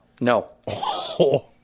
No